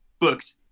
Booked